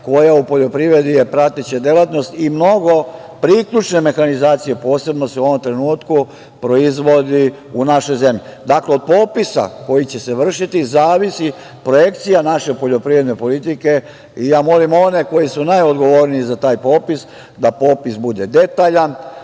koja u poljoprivredi je prateća delatnost i mnogo priključne mehanizacije posebno se u ovom trenutku proizvodi u našoj zemlji. Dakle, od popisa koji će se vršiti zavisi projekcija naše poljoprivredne politike i molim one koji su najodgovorniji za taj popis da popis bude detalja,